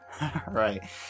Right